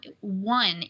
one